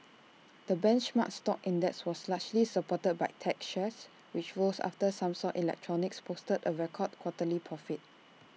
the benchmark stock index was largely supported by tech shares which rose after Samsung electronics posted A record quarterly profit